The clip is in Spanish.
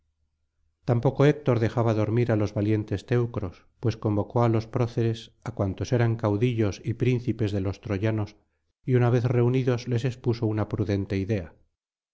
tampoco héctor dejaba dormir á los valientes teucros pues convocó á los proceres á cuantos eran caudillos y príncipes de los troyanos y una vez reunidos les expuso una prudente idea